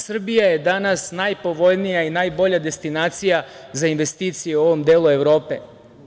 Srbija je danas najpovoljnija i najbolja destinacija za investicije u ovom delu Evrope.